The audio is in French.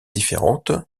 différentes